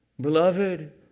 Beloved